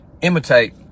imitate